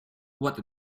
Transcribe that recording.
what